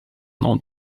known